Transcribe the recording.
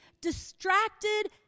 distracted